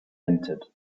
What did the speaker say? entered